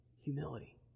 humility